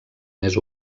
més